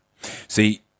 see